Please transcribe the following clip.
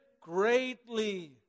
greatly